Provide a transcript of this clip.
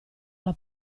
alla